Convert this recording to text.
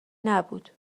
نبود